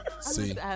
See